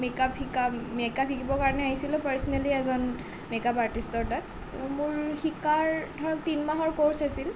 makeup শিকা makeup শিকিবৰ কাৰণে আহিছিলোঁ পাৰ্চনেলি এজন মেকআপ আৰ্টিষ্টৰ তাত মোৰ শিকাৰ ধৰক তিনি মাহৰ কৰ্চ আছিল